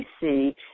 see